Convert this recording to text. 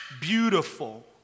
beautiful